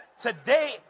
Today